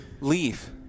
Leave